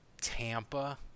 Tampa